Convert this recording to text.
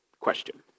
Question